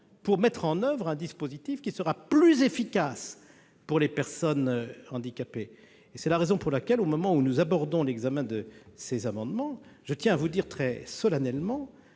pour mettre en oeuvre un dispositif qui sera plus efficace pour les personnes handicapées ! C'est la raison pour laquelle, au moment d'aborder l'examen de ces amendements, je tiens à vous dire très solennellement